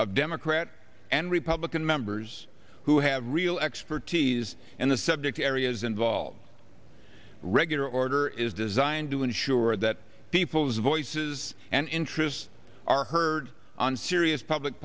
of democrat and republican members who have real expertise in the subject areas involved regular order is designed to ensure that people's voices and interests are heard on serious public